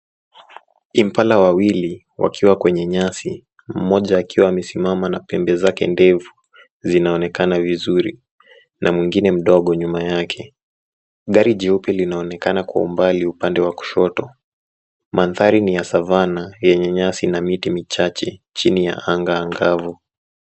Impala wawili wakiwa kwenye nyasi, mmoja akiwa amesimama na pembe zake ndefu zinaonekana vizuri na mwingine mdogo nyuma yake. Gari jeupe linaonekana kwa umbali upande wa kushoto. Mandhari ni ya savana yenye nyasi na miti michache chini ya anga angavu.